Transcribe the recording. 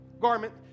garment